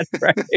right